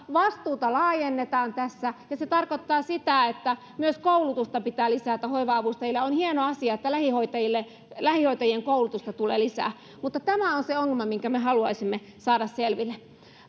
vastuuta laajennetaan ja se tarkoittaa sitä että myös koulutusta pitää lisätä hoiva avustajille on hieno asia että lähihoitajien lähihoitajien koulutusta tulee lisää mutta tämä on se ongelma minkä me haluaisimme saada selville